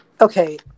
Okay